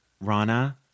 Rana